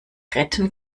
retten